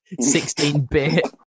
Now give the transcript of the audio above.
16-bit